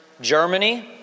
Germany